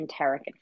enteric